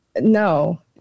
No